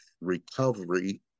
Recovery